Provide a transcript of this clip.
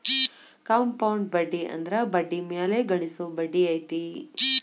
compound ಬಡ್ಡಿ ಅಂದ್ರ ಬಡ್ಡಿ ಮ್ಯಾಲೆ ಗಳಿಸೊ ಬಡ್ಡಿ ಐತಿ